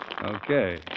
Okay